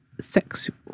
sexual